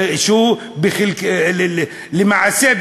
שהוא למעשה,